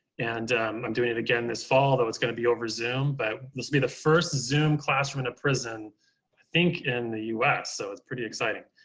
and i'm doing it again this fall, though it's going to be over zoom. but this will be the first zoom classroom in a prison, i think in the us. so it's pretty exciting.